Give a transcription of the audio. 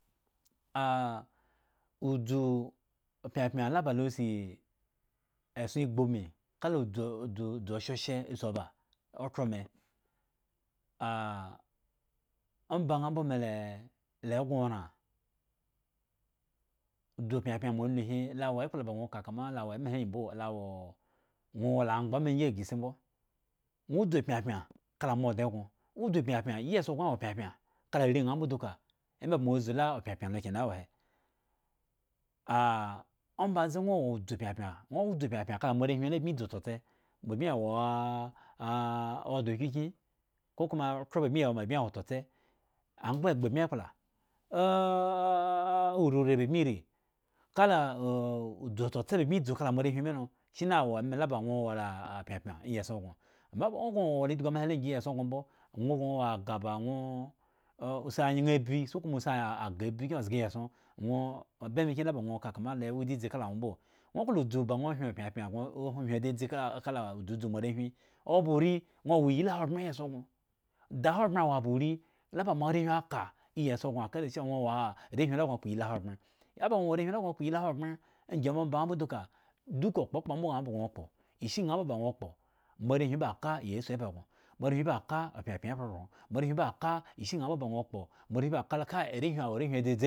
odzu pyapyan la ba lo si eson egbubin ka la dzu-dzu oshoshe osi oba okhro me, omba ŋha mbo mela la egŋoran, dzu pyapyan mo alu hi lo wo ekpla ba ŋwoka kama lo wo emahe angyi mbo, la wo ŋwo wo la amgba ma angyi oghre simbo, ŋwo dzu pyapyan kala mo odŋe gŋo, ŋwo dzu pyapyan yi eson gŋo wo pyapyan kala areŋha mbo chuku ema mobzu la pyapyan lo kena wo he, ah ombaze ŋwo wo dzu pyapyan ŋwo dzu pyapyan kala moarehwin bmi dzu tsotse, ba bmi wo ah odŋe kyekyen kokoma okhro ba bmi wo ma bmi ya wo tsotse bmi ekpla, ruriii bmi rii kala ah udzu tsotse ba bmi dzu kala moarehwin milo shine wo ema la baŋwo wo la pyapyan iyi esson gŋo, ama oggo wo la idhgu ama he lo angyi iyi eson gŋo mbo, aŋwo ka wo agah ba ŋwo si anyeŋa abi suknu si agah abi kyin zga iyi eson ŋwo ba emakyin la ba ŋwo ka kama lo wo dzadzi kala ŋwo mbo, ŋwo klo dzu ba ŋwo hyen pyapyan gŋo hyen dzadzi kala kala dzudzu moarehwin, oba uriii ŋwo wo. la iyli ahogbren iyi eson gŋo da ahogbren wo aba urii la. ba moarehwin aka iyi eson gŋo ake da chewa ŋno wo arehwin la ba ŋwo kpo iyli ahogbren, oba ŋwo wo arehwin la ba ŋwo kpo iyli ahogbren angyi omba ŋha duka, duka okpokpo ŋha mbo ba ŋwo kpo, ishi ŋha mbo ŋwo kpo mloarehwin ba ka iyesu eba gŋo, moarehwin pyapyan eba gŋo, moarehwin ba ka ishi ŋha mbo ba ŋwo kpo, moarehwin ba ka la kai arehwin hi a wo kpo, moarehwin ba ka la kai arehwoin hi awo arehwin dzadzi.